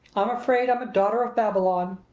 i'm afraid i'm a daughter of babylon.